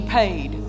paid